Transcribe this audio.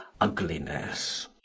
ugliness